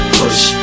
push